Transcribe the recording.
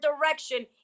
direction